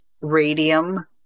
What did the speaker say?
radium